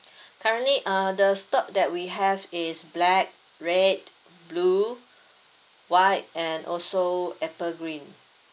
currently uh the stock that we have is black red blue white and also apple green